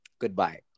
Goodbye